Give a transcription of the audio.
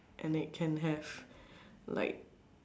and it can have like